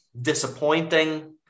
disappointing